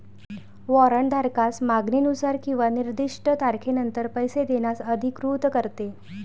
warrant धारकास मागणीनुसार किंवा निर्दिष्ट तारखेनंतर पैसे देण्यास अधिकृत करते